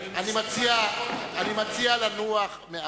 אני מציע לנוח מעט.